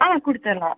ஆ கொடுத்தர்றோம்